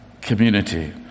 community